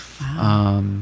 Wow